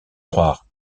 croire